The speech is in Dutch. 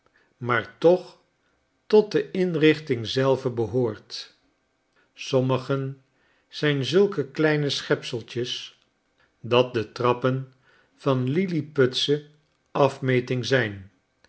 maar toch tot de inrichting zelve behoort sommigen zijn zulke kleine schepseltjes dat de trappen van lilliputsche afmeting zijn